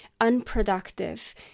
unproductive